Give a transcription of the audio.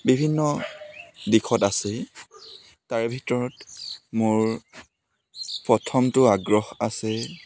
বিভিন্ন দিশত আছে তাৰ ভিতৰত মোৰ প্ৰথমটো আগ্ৰহ আছে